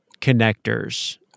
connectors